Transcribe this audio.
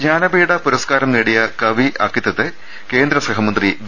ജ്ഞാനപീഠ പുരസ്കാരം നേടിയ കവി അക്കിത്തത്തെ കേന്ദ്ര സഹ മന്ത്രി വി